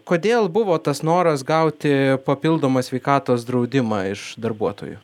kodėl buvo tas noras gauti papildomą sveikatos draudimą iš darbuotojų